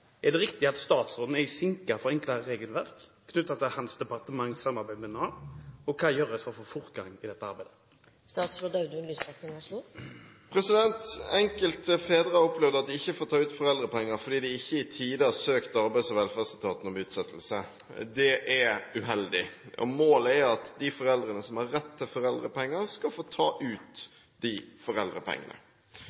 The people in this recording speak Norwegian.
Er det riktig at statsråden er en sinke for enklere regelverk knyttet til hans departements samarbeid med Nav, og hva gjøres for å få fortgang i dette arbeidet?» Enkelte fedre har opplevd at de ikke får ta ut foreldrepenger fordi de ikke i tide har søkt Arbeids- og velferdsetaten om utsettelse. Det er uheldig. Målet er at de foreldrene som har rett til foreldrepenger, skal få ta ut